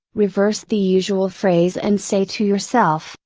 reverse the usual phrase and say to yourself,